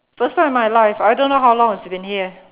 first time in my life I don't know how long it's been here